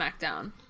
SmackDown